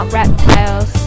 reptiles